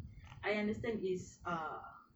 I understand is err